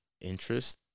interest